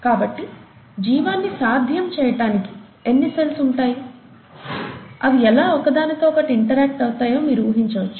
కాబట్టి జీవాన్ని సాధ్యం చేయటానికి ఎన్ని సెల్స్ ఉంటాయి అవి ఎలా ఒకదానితో ఒకటి ఇంటరాక్ట్ అవుతాయో మీరు ఊహించచ్చు